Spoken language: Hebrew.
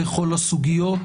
הסוגיות,